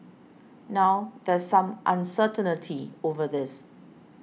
now there's some uncertainty over this